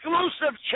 exclusive